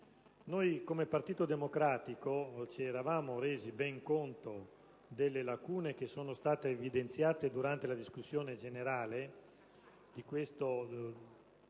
Gruppo del Partito Democratico ci eravamo resi ben conto delle lacune che sono state evidenziate durante la discussione generale di questo